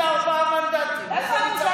34 מנדטים, איזה ניצחון אדיר.